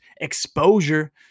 exposure